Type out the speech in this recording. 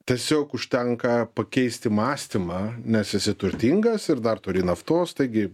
tiesiog užtenka pakeisti mąstymą nes esi turtingas ir dar turi naftos taigi